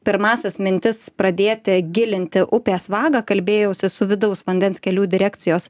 pirmąsias mintis pradėti gilinti upės vagą kalbėjausi su vidaus vandens kelių direkcijos